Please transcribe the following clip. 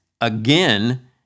again